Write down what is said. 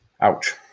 ouch